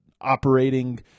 operating –